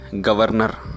governor